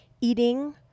eating